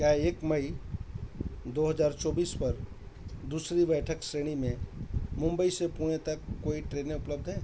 क्या एक मई दो हज़ार चौबीस पर दूसरी बैठक श्रेणी में मुम्बई से पुणे तक कोई ट्रेनें उपलब्ध हैं